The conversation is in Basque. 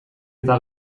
eta